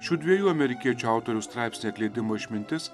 šių dviejų amerikiečių autorių straipsnyje atleidimo išmintis